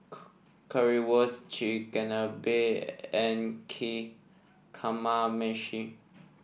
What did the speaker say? Currywurst Chigenabe and K Kamameshi